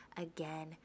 again